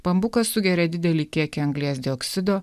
bambukas sugeria didelį kiekį anglies dioksido